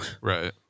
Right